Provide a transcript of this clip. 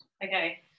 Okay